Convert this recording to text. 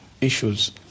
issues